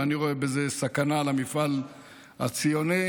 ואני רואה בזה סכנה למפעל הציוני.